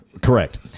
Correct